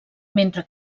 mentre